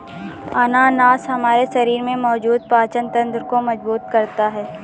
अनानास हमारे शरीर में मौजूद पाचन तंत्र को मजबूत करता है